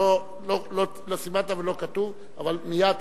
לא סימנת ולא כתוב, אבל מייד תקבל.